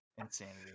insanity